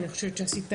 אני חושבת שעשית